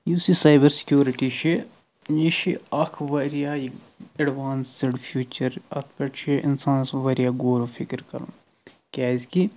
یُس یہِ cyber security چھِ یہِ چھُ اکھ واریاہ ایڈوانسٕڈ فیوٗچر اتھ پٮ۪ٹھ چھُ انسانس واریاہ گورو فکِر کرُن کیٛازِ کہِ